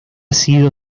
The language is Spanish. sido